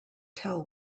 tell